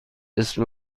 اسم